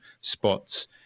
spots